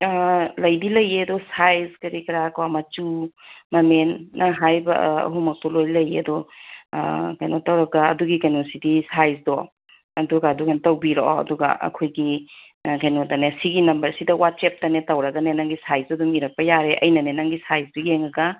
ꯂꯩꯗꯤ ꯂꯩꯌꯦ ꯑꯗꯨ ꯁꯥꯏꯖ ꯀꯔꯤ ꯀꯔꯥ ꯀꯣ ꯃꯆꯨ ꯃꯅꯤꯟ ꯅꯪ ꯍꯥꯏꯕ ꯑꯍꯨꯝꯃꯛꯇꯣ ꯂꯣꯏ ꯂꯩꯌꯦ ꯑꯗꯣ ꯀꯩꯅꯣ ꯇꯧꯔꯒ ꯑꯗꯨꯒꯤ ꯀꯩꯅꯣꯁꯤꯗꯤ ꯁꯥꯏꯖꯇꯣ ꯑꯗꯨꯒ ꯑꯗꯨꯃꯥꯏꯅ ꯇꯧꯕꯤꯔꯛꯑꯣ ꯑꯗꯨꯒ ꯑꯩꯈꯣꯏꯒꯤ ꯀꯩꯅꯣꯗꯅꯦ ꯁꯤꯒꯤ ꯅꯝꯕꯔꯁꯤꯗ ꯋꯥꯆꯞꯇꯅꯦ ꯇꯧꯔꯒꯅꯦ ꯅꯪꯒꯤ ꯁꯥꯏꯖꯇꯣ ꯑꯗꯨꯝ ꯏꯔꯛꯄ ꯌꯥꯔꯦ ꯑꯩꯅꯅꯦ ꯅꯪꯒꯤ ꯁꯥꯏꯖꯁꯤ ꯌꯦꯡꯉꯒ